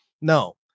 no